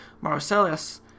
Marcellus